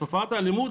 תופעת האלימות,